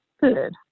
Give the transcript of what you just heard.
Good